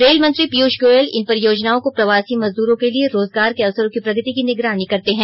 rail मंत्री पीयूष गोयल इन परियोजनाओं को प्रवासी मजदूरों के लिए रोजगार के अवसरो की प्रगति की निगरानी करते हैं